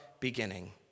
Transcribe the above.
beginning